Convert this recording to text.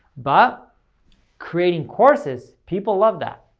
but creating courses, people love that.